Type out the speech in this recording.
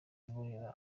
bimworohera